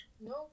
No